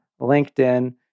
LinkedIn